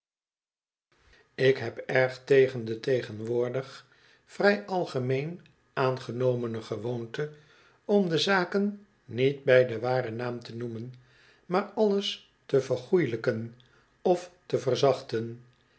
ik heb erg tegen de tegenwoordig vrij algemeen aangonomene gewoonte om de zaken niet bij den waren naam te noemen maar alles te vergoelijken of te verzachten